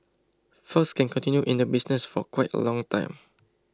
fox can continue in the business for quite a long time